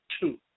two